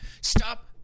stop